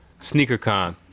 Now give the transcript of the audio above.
SneakerCon